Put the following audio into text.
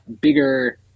bigger